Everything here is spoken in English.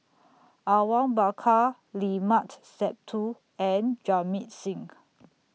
Awang Bakar Limat Sabtu and Jamit Singh